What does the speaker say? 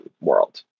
world